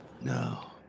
No